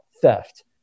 theft